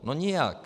No nijak.